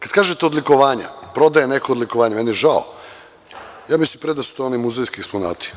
Kada kažete odlikovanja, prodaja nekog odlikovanja, meni je žao, ali mislim da su to pre oni muzejski eksponati.